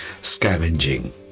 scavenging